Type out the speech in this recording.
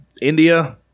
India